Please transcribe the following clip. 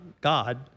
God